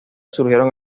surgieron